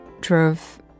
drove